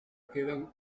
quedan